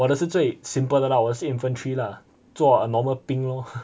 我的是最 simple 的 lah 我是 infantry lah 做 normal 兵 lor